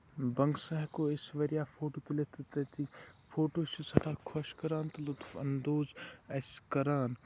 بَگسہٕ ہٮ۪کو أسۍ واریاہ فوٹو تُلِتھ تہٕ تٔتی فوٹو چھُ سٮ۪ٹھاہ خۄش کران تہٕ لُطُف اَندوز اَسہ کران